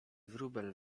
wróbel